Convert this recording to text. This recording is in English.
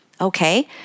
Okay